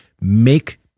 make